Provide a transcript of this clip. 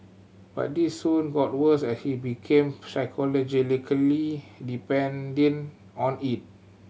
but this soon got worse as he became psychologically depending on it